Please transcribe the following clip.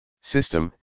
System